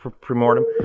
pre-mortem